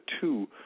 two